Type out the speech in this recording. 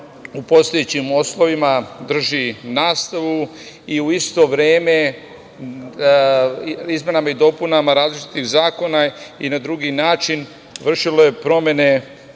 u postojećim uslovima drži nastavu i u isto vreme izmenama i dopunama različitih zakona i na drugi način vršilo je promene,